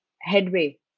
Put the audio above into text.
headway